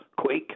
quick